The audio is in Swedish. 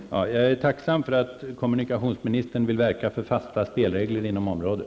Herr talman! Jag är tacksam för att kommunikationsministern vill verka för fasta spelregler på området.